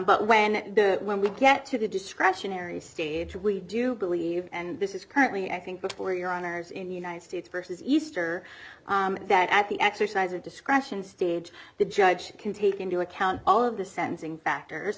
but when when we get to the discretionary stage we do believe and this is currently i think before your honor's in united states versus easter that at the exercise of discretion stage the judge can take into account all of the sentencing factors